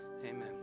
amen